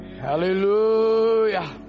Hallelujah